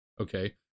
Okay